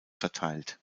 verteilt